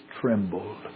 trembled